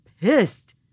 pissed